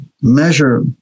measure